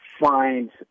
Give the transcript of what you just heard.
find